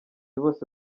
bose